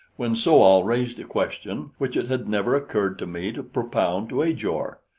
when so-al raised a question which it had never occurred to me to propound to ajor.